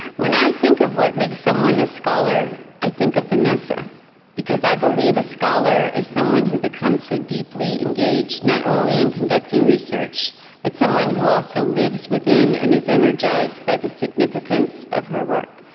when i think of what makes someone a scholar, i think of vanessa because i believe a scholar is someone who becomes so deeply engaged not only in conducting research but someone who also lives within and is energized by the significance of her work.